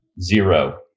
Zero